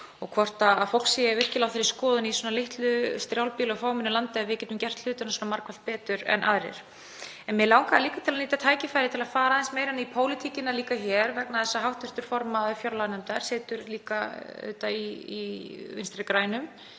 og hvort fólk sé virkilega á þeirri skoðun í svona litlu, strjálbýlu og fámennu landi að við getum gert hlutina svona margfalt betur en aðrir. En mig langaði líka til að nýta tækifærið til að fara aðeins meira inn í pólitíkina hér vegna þess að hv. formaður fjárlaganefndar situr líka í Vinstri grænum,